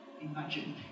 imagine